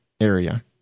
area